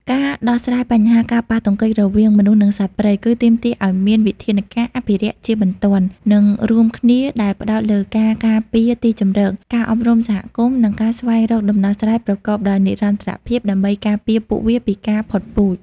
ការដោះស្រាយបញ្ហាការប៉ះទង្គិចរវាងមនុស្ស និងសត្វព្រៃ គឺទាមទារឲ្យមាន វិធានការអភិរក្សជាបន្ទាន់ និងរួមគ្នា ដែលផ្តោតលើការការពារទីជម្រក ការអប់រំសហគមន៍ និងការស្វែងរកដំណោះស្រាយប្រកបដោយនិរន្តរភាព ដើម្បីការពារពួកវាពីការផុតពូជ។